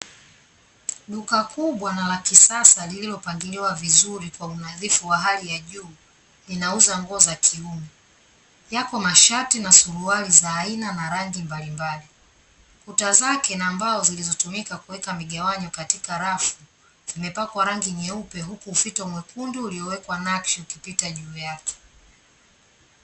Duka kubwa na la kisasa lililopangiliwa vizuri kwa unadhifu wa hali ya juu, linauza nguo za kiume, yako masharti na suruali za aina na rangi mbalimbali, kuta zake na mbao zilizotumika kuweka migawanyo katika rafu zimepakwa rangi nyeupe huku ufito mwekundu uliowekwa nakshi ukipita juu yake.